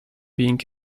being